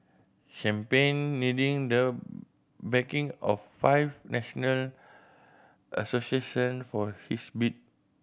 champion needing the backing of five national association for his bid